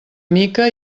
mica